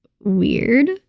weird